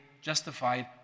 justified